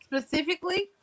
Specifically